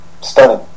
Stunning